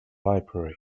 library